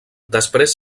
després